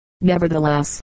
nevertheless